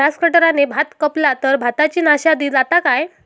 Grass कटराने भात कपला तर भाताची नाशादी जाता काय?